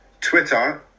Twitter